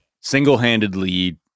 Single-handedly